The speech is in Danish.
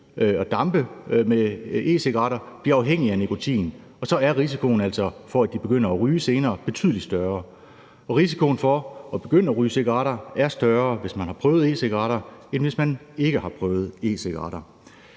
at dampe med e-cigaretter, bliver afhængige af nikotin, og så er risikoen for, at de begynder at ryge senere, altså betydelig større, og risikoen for at begynde at ryge cigaretter er større, hvis man har prøvet e-cigaretter, end hvis ikke man har prøvet e-cigaretter.